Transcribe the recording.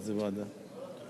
איזו ועדה?